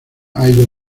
hay